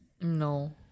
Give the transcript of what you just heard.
No